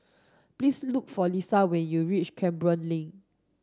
please look for Lisette when you reach Canberra Link